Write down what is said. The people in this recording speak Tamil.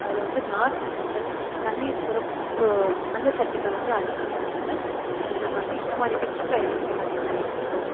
அதில் வந்து நார்ச்சத்துக்கள் தண்ணீர் சுரப்பு சு அந்த சத்துக்கள் வந்து அதிகங்கிறதுனால நாங்கள் வந்து இந்த மாதிரி பச்சை காய்கறிகள் அதிகமாக எடுத்துப்போம்